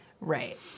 Right